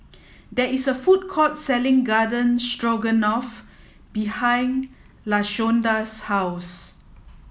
there is a food court selling Garden Stroganoff behind Lashonda's house